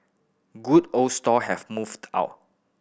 good old stall have moved out